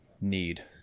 need